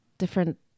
different